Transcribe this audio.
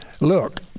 Look